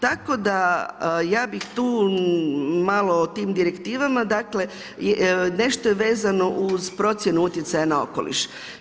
Tako da, ja bih tu malo o tim direktivama dakle, nešto je vezano uz procjenu utjecaja na okoliš.